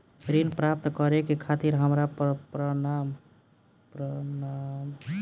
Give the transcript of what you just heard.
ऋण प्राप्त करे के खातिर हमरा प्रमाण के रूप में कउन से दस्तावेज़ दिखावे के होइ?